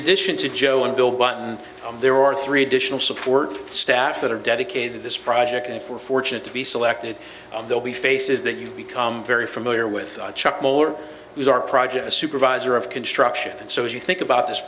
addition to joe and bill button there are three additional support staff that are dedicated to this project and if we're fortunate to be selected they'll be faces that you become very familiar with chuck moore who is our project a supervisor of construction and so as you think about this